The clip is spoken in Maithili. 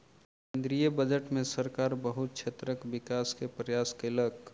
केंद्रीय बजट में सरकार बहुत क्षेत्रक विकास के प्रयास केलक